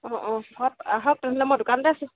অঁ অঁ হওক আহক তেনেহ'লে মই দোকানতে আছোঁ